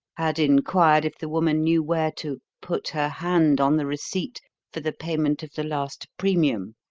had inquired if the woman knew where to put her hand on the receipt for the payment of the last premium,